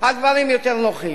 הדברים יותר נוחים.